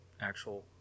actual